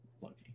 lucky